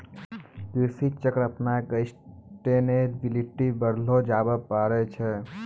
कृषि चक्र अपनाय क सस्टेनेबिलिटी बढ़ैलो जाबे पारै छै